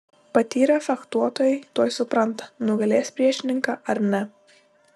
patyrę fechtuotojai tuoj supranta nugalės priešininką ar ne